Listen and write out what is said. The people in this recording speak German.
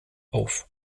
auf